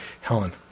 Helen